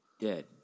Dead